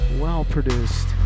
well-produced